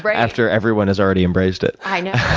but after everyone has already embraced it. i know.